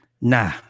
Nah